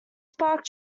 spark